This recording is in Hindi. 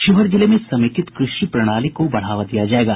शिवहर जिले में समेकित कृषि प्रणाली को बढ़ावा दिया जायेगा